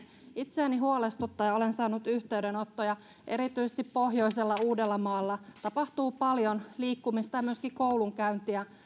itseäni huolestuttaa ja olen saanut yhteydenottoja kun erityisesti pohjoisella uudellamaalla tapahtuu paljon liikkumista ja myöskin koulunkäyntiä